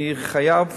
אני חייב